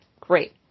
Great